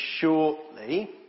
shortly